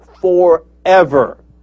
forever